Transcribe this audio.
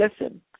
listen